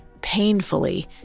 Painfully